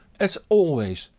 as always,